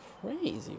crazy